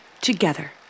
together